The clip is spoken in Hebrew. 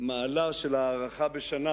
המעלה של הארכה בשנה